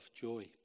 joy